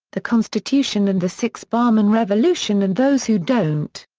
the constitution and the six bahman revolution and those who don't.